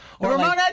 Ramona